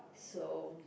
so